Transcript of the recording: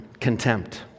contempt